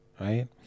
right